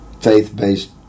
faith-based